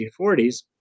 1940s